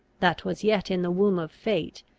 that was yet in the womb of fate,